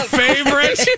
favorite